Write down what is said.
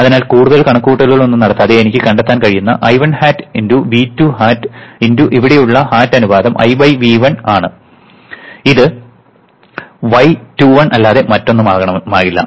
അതിനാൽ കൂടുതൽ കണക്കുകൂട്ടലുകളൊന്നും നടത്താതെ എനിക്ക് കണ്ടെത്താൻ കഴിയുന്ന I1 hat V2 hat × ഇവിടെയുള്ള hat അനുപാതം I V1 ആണ് ഇത് y21 അല്ലാതെ മറ്റൊന്നുമാകില്ല